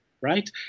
right